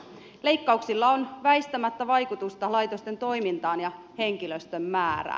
leikkauksilla on väistämättä vaikutusta laitosten toimintaan ja henkilöstön määrään